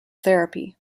therapy